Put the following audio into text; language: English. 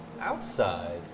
outside